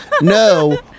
No